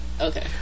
Okay